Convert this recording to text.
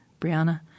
Brianna